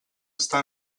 està